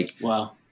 Wow